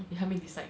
you help me decide